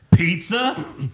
Pizza